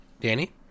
Danny